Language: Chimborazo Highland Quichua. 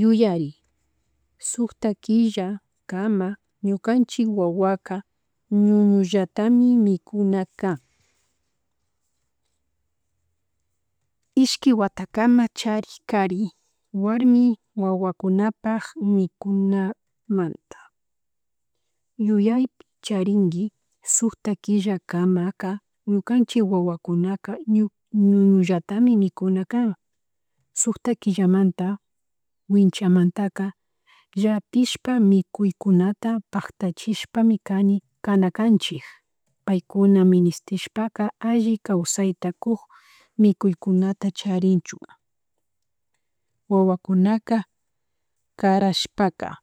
Yuyari sukta killa kama ñukanchik wawaka ñuñullatami mikuna kan, ishki watakama charik kari warmi wawakunapak mikunamanta yuyay charinki sukta killakamaka ñukanchik wawakunaka ñuñullatamikuna kan, sukta killamantya winchamntaka, llapishka mikuykunta paktachishpa kani kakanakanchik paykuna ministishpaka alli kawsata kuk mikuykunata charichun wawakunaka karashkapa,